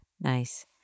Nice